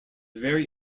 very